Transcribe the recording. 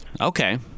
Okay